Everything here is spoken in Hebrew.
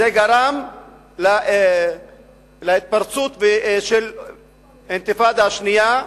זה גרם להתפרצות של האינתיפאדה השנייה,